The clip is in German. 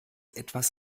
etwas